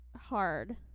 hard